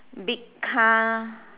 big car